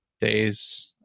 days